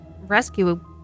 rescue